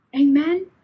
Amen